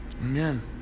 amen